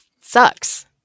sucks